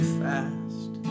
fast